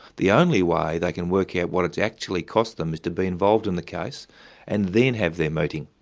the only way they can work out what it's actually cost them is to be involved in the case and then have their meeting,